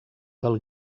del